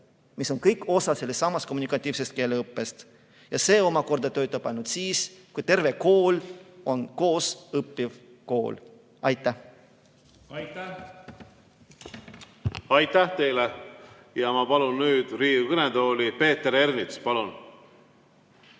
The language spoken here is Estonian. mis on kõik osa sellestsamast kommunikatiivsest keeleõppest. Ja see omakorda töötab ainult siis, kui terve kool on koosõppiv kool. Aitäh! Aitäh teile! Ma palun nüüd Riigikogu kõnetooli Peeter Ernitsa.